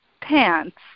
pants